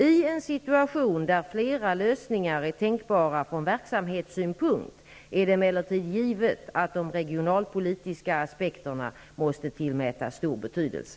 I en situation där flera lösningar är tänkbara från verksamhetssynpunkt är det emellertid givet att de regionalpolitiska aspekterna måste tillmätas stor betydelse.